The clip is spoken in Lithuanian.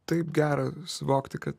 taip gera suvokti kad